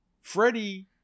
Freddie